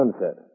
sunset